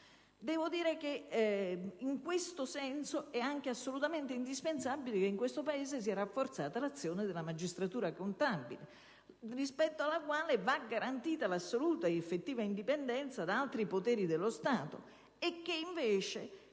sequestrare. In questo senso è anche assolutamente indispensabile che nel Paese sia rafforzata l'azione della magistratura contabile, rispetto alla quale va garantita l'assoluta ed effettiva indipendenza da altri poteri dello Stato. Invece